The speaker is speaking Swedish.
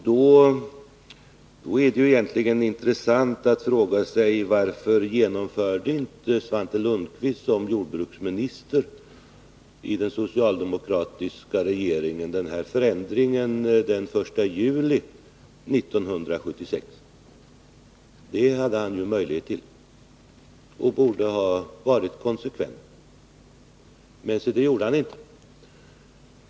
Då är det intressant att få ett svar på frågan: Varför genomförde inte Svante Lundkvist i egenskap av jordbruksminister i den socialdemokratiska regeringen den här förändringen redan den 1 juli 1976? Det hade han ju möjlighet att göra, och det hade varit konsekvent. Men se det gjorde han inte.